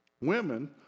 Women